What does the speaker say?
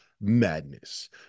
Madness